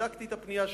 ובדקתי את הפנייה שלך.